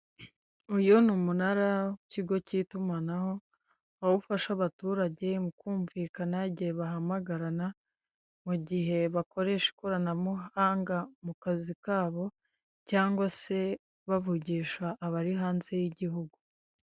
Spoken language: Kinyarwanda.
Uyu ni umunara w'ikigo cy'itumanaho aho ufasha abaturage mu kumvikana igihe bahamagarana, mu gihe bakoresha ikoranabuhanga mu kazi kabo cyangwa se bavugisha abari hanze y'igihugu.